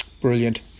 Brilliant